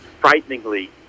frighteningly